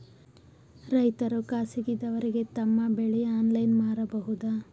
ರೈತರು ಖಾಸಗಿದವರಗೆ ತಮ್ಮ ಬೆಳಿ ಆನ್ಲೈನ್ ಮಾರಬಹುದು?